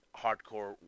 hardcore